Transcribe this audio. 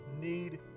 need